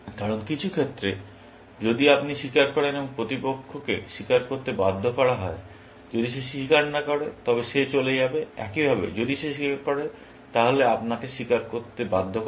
কারণ কিছু ক্ষেত্রে যদি আপনি স্বীকার করেন এবং প্রতিপক্ষকে স্বীকার করতে বাধ্য করা হয় যদি সে স্বীকার না করে তবে সে চলে যাবে একইভাবে যদি সে স্বীকার করে তাহলে আপনাকে বাধ্যতামূলকভাবে স্বীকার করতে বাধ্য করা হবে